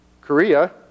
Korea